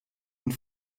und